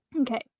Okay